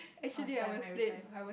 on time every time